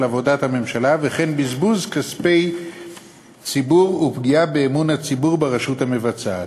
עבודת הממשלה וכן בזבוז כספי ציבור ופגיעה באמון הציבור ברשות המבצעת.